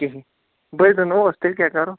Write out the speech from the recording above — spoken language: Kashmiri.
کِہیٖنٛۍ وٕنۍ زَن تیٚلہِ کیٛاہ کَرو